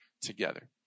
together